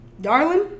darling